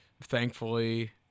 thankfully